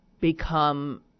become